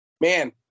Man